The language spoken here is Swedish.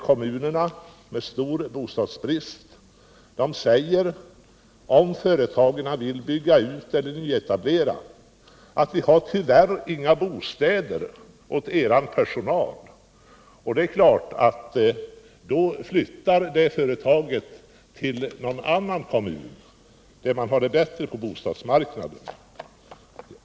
Kommuner med stor bostadsbrist säger, om ett företag vill bygga ut eller nyetablera, att det finns tyvärr inga bostäder åt personalen. Det är klart att då flyttar det företaget till någon annan kommun där man har det bättre ställt på bostadsmarknaden.